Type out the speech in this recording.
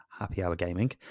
happyhourgaming